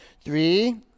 Three